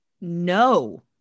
No